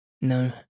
No